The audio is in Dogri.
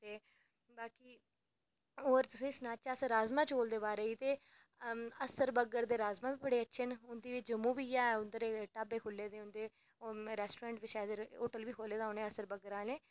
ते बाकी होर तुसें गी सनाचै राजमांह् चौल दे बारे च ते अस्सर बग्गर दे राजमांह् बी बड़े अच्छे न ते उं'दे जम्मू बी ऐ उं'दे ढाब्बे खुह्ल्ले दे ओह् शायद रेस्टोरेंट होटल बी खोह्ले दा अस्सर बग्गर आह्लें